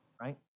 right